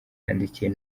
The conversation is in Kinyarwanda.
yandikiye